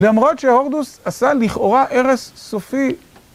למרות שהורדוס עשה לכאורה הרס סופי.